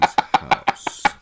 house